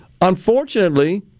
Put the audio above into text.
Unfortunately